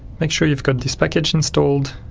make sure you've got this package installed,